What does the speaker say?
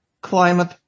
climate